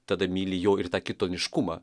tada myli jo ir tą kitoniškumą